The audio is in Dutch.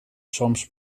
soms